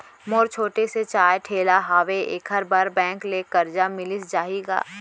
मोर छोटे से चाय ठेला हावे एखर बर बैंक ले करजा मिलिस जाही का?